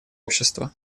общество